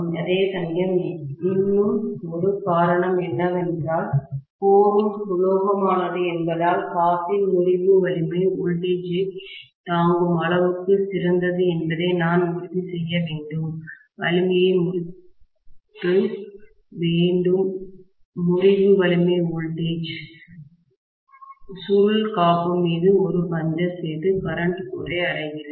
அதேசமயம் இன்னும் ஒரு காரணம் என்னவென்றால்கோரும் உலோகமானது என்பதால் காப்பின் முறிவு வலிமை வோல்டேஜ் ஐத் தாங்கும் அளவுக்கு சிறந்தது என்பதை நான் உறுதி செய்ய வேண்டும் வலிமையை முறித்து வேண்டும் முறிவு வலிமை வோல்டேஜ் சுருள் காப்பு மீது ஒரு பஞ்சர் செய்து கரண்ட் கோரை அடைகிறது